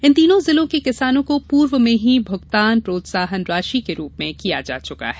इन तीनों जिलों के किसानों को पूर्व में ही भुगतान प्रोत्साहन राशि के रूप में किया जा चुका है